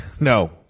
No